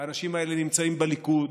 והאנשים האלה נמצאים בליכוד,